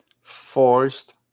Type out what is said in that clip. Forced